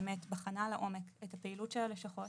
היא בחנה לעומק את הפעילות של הלשכות